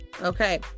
Okay